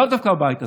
לאו דווקא הבית הזה,